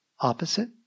opposite